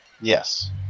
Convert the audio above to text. Yes